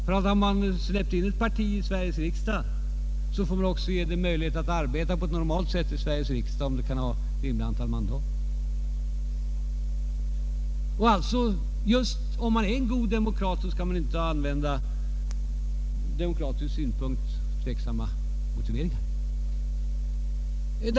Har man släppt in ett parti i Sveriges riksdag, så får man väl också ge partiets representanter möjligheter att arbeta i riksdagen på normalt sätt. Och om man är god demokrat, så skall man inte använda från demokratiska synpunkter tveksamma motiveringar.